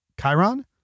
Chiron